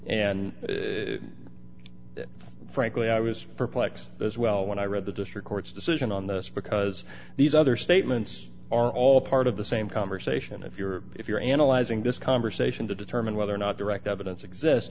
and frankly i was perplexed as well when i read the district court's decision on this because these other statements are all part of the same conversation if you're if you're analyzing this conversation to determine whether or not direct evidence exist